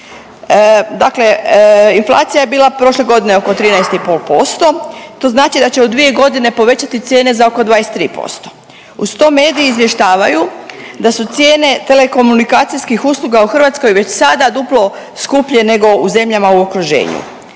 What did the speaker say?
Dakle, inflacija je bila prošle godine oko 13,5%, to znači da će od 2 godine povećati cijene za oko 23%. Uz to, mediji izvještavaju da su cijene telekomunikacijskih usluga u Hrvatskoj već sada duplo skuplje nego u zemljama u okruženju.